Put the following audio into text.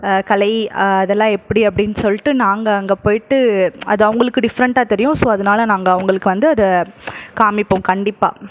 கலை அதெல்லாம் எப்படி அப்படின்னு சொல்லிட்டு நாங்கள் அங்கே போயிட்டு அது அவங்களுக்கு டிஃபரண்ட்டாக தெரியும் ஸோ அதனால நாங்கள் அவங்களுக்கு வந்து அதை காமிப்போம் கண்டிப்பாக